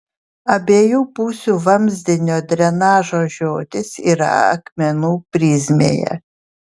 abiejų pusių vamzdinio drenažo žiotys yra akmenų prizmėje